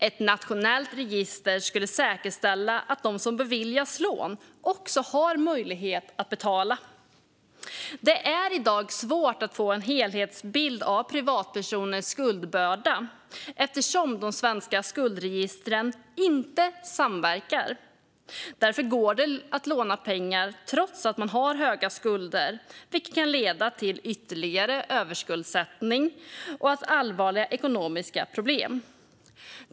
Ett nationellt register skulle säkerställa att de som beviljas lån också har möjlighet att betala. Det är i dag svårt att få en helhetsbild av privatpersoners skuldbörda eftersom de svenska skuldregistren inte samverkar. Därför går det att låna pengar trots att man har höga skulder, vilket kan leda till ytterligare överskuldsättning och allvarliga ekonomiska problem.